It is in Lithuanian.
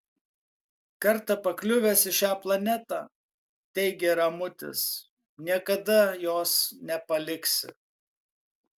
kartą pakliuvęs į šią planetą teigė ramutis niekada jos nepaliksi